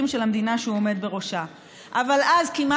הנוהג לפני שעברו למרשמים אלקטרוניים שכאלה היה טוב יותר,